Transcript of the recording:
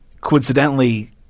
Coincidentally